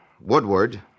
Woodward